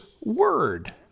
word